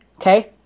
Okay